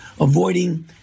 avoiding